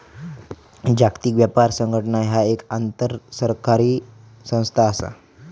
जागतिक व्यापार संघटना ह्या एक आंतरसरकारी संस्था असा